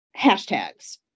Hashtags